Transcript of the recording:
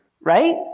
right